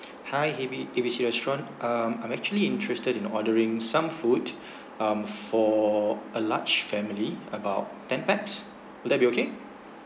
hi a b a b c restaurant um I'm actually interested in ordering some food um for a large family about ten pax that will be okay